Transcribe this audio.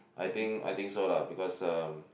I think I think so lah because uh